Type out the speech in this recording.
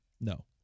No